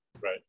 right